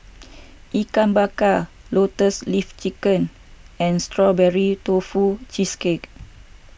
Ikan Bakar Lotus Leaf Chicken and Strawberry Tofu Cheesecake